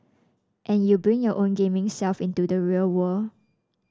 and you bring your own gaming self into the real world